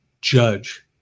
judge